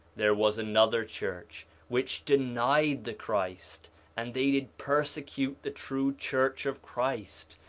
there was another church which denied the christ and they did persecute the true church of christ,